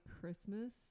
Christmas